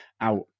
out